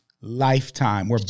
Lifetime